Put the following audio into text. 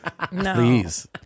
please